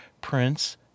Prince